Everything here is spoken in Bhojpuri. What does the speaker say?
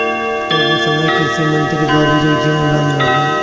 तब ओ समय कृषि मंत्री बाबू जगजीवन राम रहलें